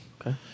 Okay